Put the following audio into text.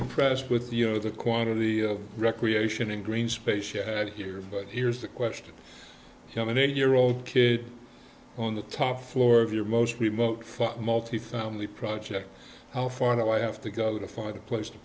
impressed with the you know the quantity of recreation in green space she had here but here's the question you have an eight year old kid on the top floor of your most remote fought multifamily project i'll find out i have to go to find a place to